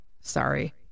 Sorry